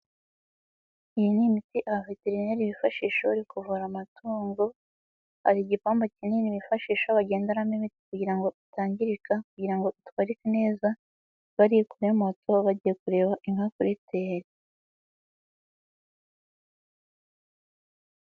Iyi ni imiti abaveterineri bifashisha bari kuvura amatungo, hari igipombo kinini bifashisha bagendenamo imiti kugira ngo itangirika kugira ngo itwarike neza, bari kuri moto, bagiye kureba inka kuri tere.